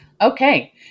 okay